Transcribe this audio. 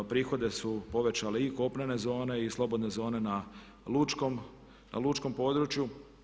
Prihode su povećale i kopnene zone i slobodne zone na Lučkom području.